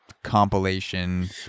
compilation